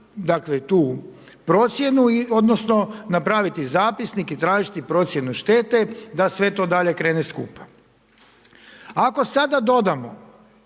dakle tu procjenu odnosno napraviti zapisnik i tražiti procjenu štete da sve to dalje krene skupa. Ako sada dodamo,